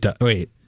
Wait